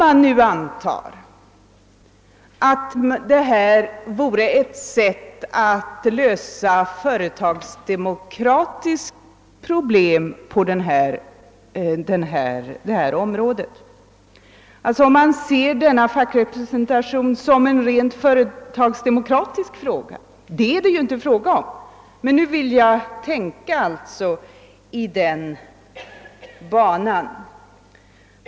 Låt oss anta att detta vore ett sätt att lösa ett företagsdemokratiskt problem och att denna fackrepresentation är en rent företagsdemokratisk fråga — det är den naturligtvis inte, men jag vill tänka hypotetiskt i den riktningen.